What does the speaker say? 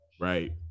Right